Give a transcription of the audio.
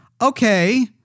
okay